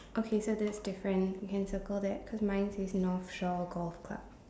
okay so there's different you can circle that cause mine says North Shore Golf Club